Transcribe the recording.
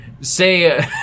say